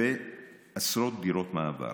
ועשרות דירות מעבר.